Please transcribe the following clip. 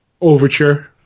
Overture